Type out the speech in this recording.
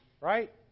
right